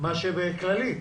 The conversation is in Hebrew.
מאשר בכללית.